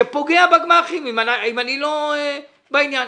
שפוגע בגמ"חים אם אני לא בעניין.